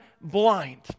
blind